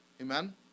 Amen